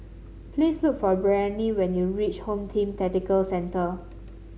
please look for Breanne when you reach Home Team Tactical Centre